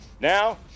now